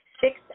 six